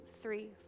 three